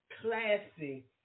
classy